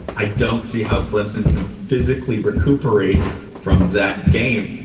i don't see how clemson can physically recuperate from that game.